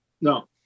no